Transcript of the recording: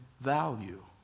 value